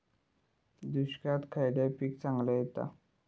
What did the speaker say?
दुष्काळात खयला पीक चांगला येता?